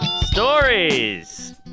Stories